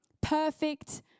perfect